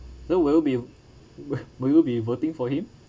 so will you be will you will be voting for him